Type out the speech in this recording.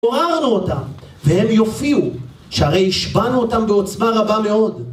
פוררנו אותם, והם יופיעו, שהרי השבענו אותם בעוצמה רבה מאוד.